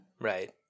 right